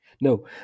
no